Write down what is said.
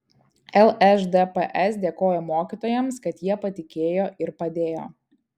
lšdps dėkojo mokytojams kad jie patikėjo ir padėjo